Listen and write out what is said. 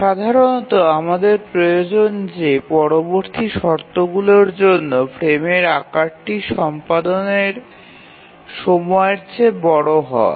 সাধারণত আমাদের প্রয়োজন যে পরবর্তী শর্তগুলির জন্য ফ্রেমের আকারটি সম্পাদনের সময়ের চেয়ে বড় হওয়া